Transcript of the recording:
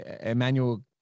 Emmanuel